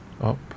Up